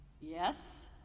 Yes